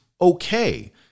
okay